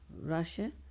Russia